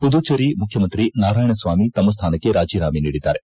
ಮದುಚೇರಿ ಮುಖ್ಯಮಂತ್ರಿ ನಾರಾಯಣಸ್ವಾಮಿ ತಮ್ಮ ಸ್ಥಾನಕ್ಕೆ ರಾಜೀನಾಮೆ ನೀಡಿದ್ದಾರೆ